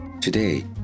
Today